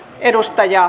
edustaja